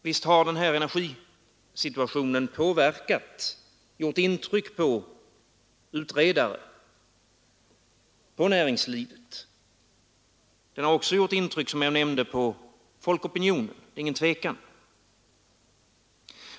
Visst har energisituationen påverkat och gjort intryck på utredare, på näringslivet och även, som jag nämnde, på folkopinionen. Det är ingen tvekan om det.